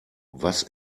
was